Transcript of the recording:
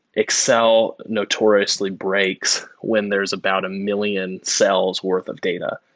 excel notoriously breaks when there's about a million cells worth of data.